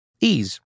Ease